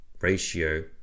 ratio